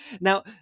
Now